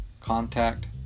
Contact